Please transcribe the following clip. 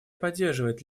поддерживает